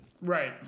Right